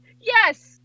yes